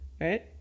right